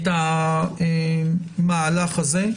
המהלך הזה.